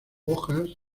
hojas